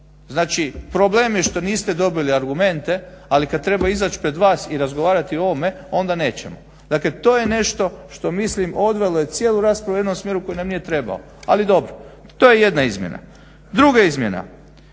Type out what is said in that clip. Znači problem je što niste dobili argumente ali kad treba izaći pred vas i razgovarati o ovome onda nećemo. Dakle to je nešto što mislim odvelo je cijelu raspravu u jednom smjeru koji nam nije trebao ali dobro. To je jedna izmjena. Druga izmjena,